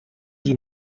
die